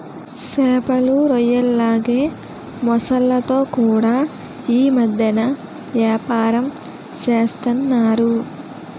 సేపలు, రొయ్యల్లాగే మొసల్లతో కూడా యీ మద్దెన ఏపారం సేస్తన్నారు